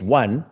one